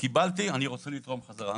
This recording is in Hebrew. קיבלתי ואני רוצה לתרום חזרה.